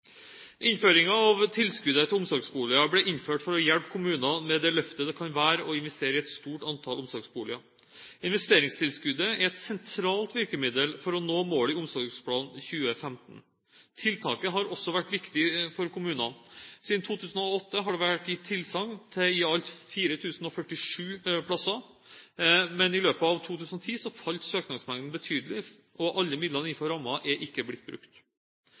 til vedtak. Tilskuddet til omsorgsboliger ble innført for å hjelpe kommunene med det løftet det kan være å investere i et stort antall omsorgsboliger. Investeringstilskuddet er et sentralt virkemiddel for å nå målet i Omsorgsplan 2015. Tiltaket har også vært viktig for kommunene. Siden 2008 har det vært gitt tilsagn til i alt 4 047 plasser, men i løpet av 2010 falt søknadsmengden betydelig, og alle midlene innenfor rammen er ikke blitt brukt.